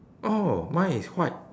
oh mine is white